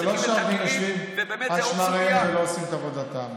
הם עושים עבודת קודש,